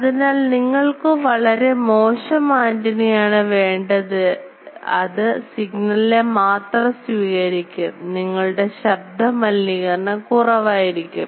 അതിനാൽ നിങ്ങൾക്കു വളരെ മോശം ആൻറിന യാണ് വേണ്ടത് അത് സിഗ്നലിനെ മാത്രം സ്വീകരിക്കും നിങ്ങളുടെ ശബ്ദമലിനീകരണം കുറവായിരിക്കും